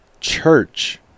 church